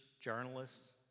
journalists